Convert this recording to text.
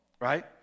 right